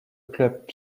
club